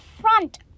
front